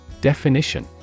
Definition